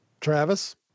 Travis